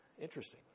Interesting